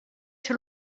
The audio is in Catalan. ser